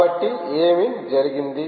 కాబట్టి ఏమి జరిగింది